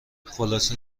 خلاصه